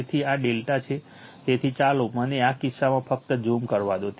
તેથી આ ∆ છે તેથી ચાલો મને આ કિસ્સામાં ફક્ત ઝૂમ કરવા દો